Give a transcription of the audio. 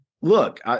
look